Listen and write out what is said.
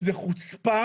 זאת חוצפה